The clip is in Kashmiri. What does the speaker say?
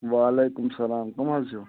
وعلیکُم السلام کُم حظ چھِو